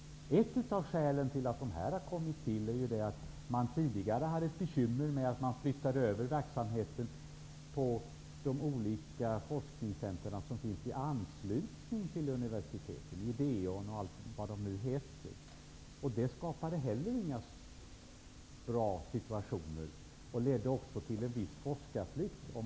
Ett av skälen till att bolagen har kommit till är ju att man tidigare hade bekymmer med att verksamhet flyttades över till de olika forskningscentra som finns i anslutning till universiteten, Ideon och allt vad de nu heter. Det skapade heller ingen bra situation och ledde också till en viss forskarflykt.